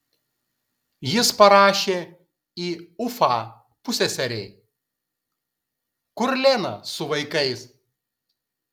jis parašė į ufą pusseserei kur lena su vaikais